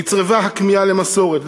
נצרבה הכמיהה למסורת.